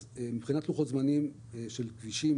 אז מבחינת לוחות זמנים של כבישים